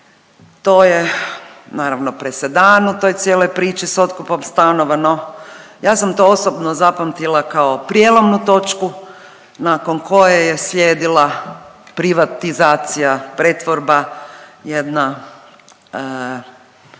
To je naravno presedan u toj cijeloj priči sa otkupom stanova, no ja sam to osobno zapamtila kao prijelomnu točku nakon koje je slijedila privatizacija, pretvorba jedna